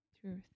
Truth